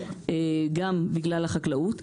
גם בגלל החקלאות.